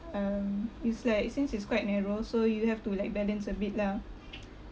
um it's like since it's quite narrow so you have to like balance a bit lah